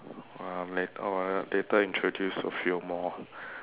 uh later ah later introduce a few more